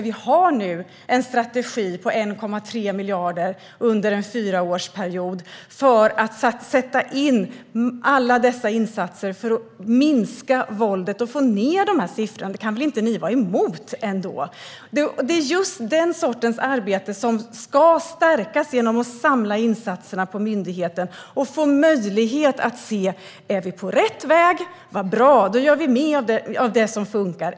Vi ska göra alla dessa insatser för att minska våldet och få ned siffrorna. Detta kan ni väl ändå inte vara emot? Det är detta slags arbete som ska stärkas genom att man samlar insatserna på myndigheten. Därmed får vi en möjlighet att se om vi är på rätt väg. Om vi är det - vad bra! Då gör vi mer av det som funkar.